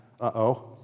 Uh-oh